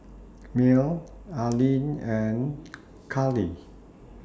Mel Arline and Karly